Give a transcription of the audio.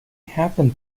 happen